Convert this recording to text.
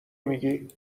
میگی